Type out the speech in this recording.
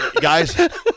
Guys